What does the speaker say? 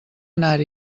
anar